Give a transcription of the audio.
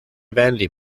vanity